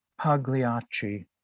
pagliacci